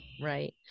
Right